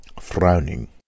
Frowning